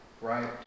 right